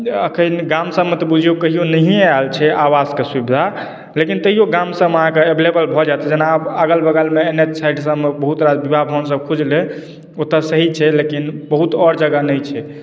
अखन गाम सभमे तऽ बुझियौ कहियौ नहि आयल छै आवासके सुविधा लेकिन तैओ गाम सभमे अहाँके अवेलेबल भऽ जाइत जेना अगल बगलमे एन एच साइड सभमे बहुत रास विवाह भवन सभ खुजलै ओतौ सही छै लेकिन बहुत आओर जगह नहि छै